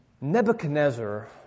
Nebuchadnezzar